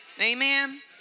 amen